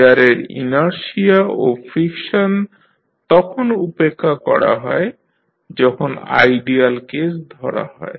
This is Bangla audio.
গিয়ারের ইনারশিয়া ও ফ্রিকশন তখন উপেক্ষা করা হয় যখন আইডিয়াল কেস ধরা হয়